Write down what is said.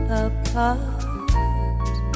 apart